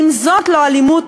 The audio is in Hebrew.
אם זאת לא אלימות